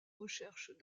recherches